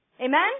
Amen